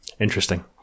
interesting